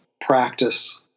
practice